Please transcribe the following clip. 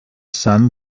son